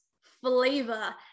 flavor